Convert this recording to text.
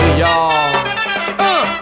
y'all